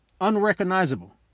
unrecognizable